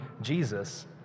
Jesus